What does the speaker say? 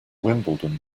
wimbledon